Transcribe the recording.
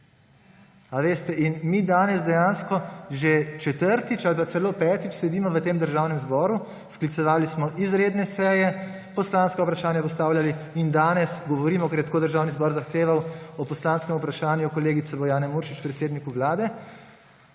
teden. Mi danes dejansko že četrtič ali pa celo petič sedimo v Državnem zboru, sklicevali smo izredne seje, poslanska vprašanja postavljali in danes govorimo, ker je tako Državni zbor zahteval o poslanskem vprašanju kolegice Bojane Muršič predsedniku Vlade,